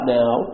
now